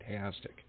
fantastic